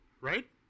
right